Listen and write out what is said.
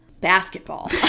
basketball